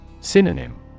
Synonym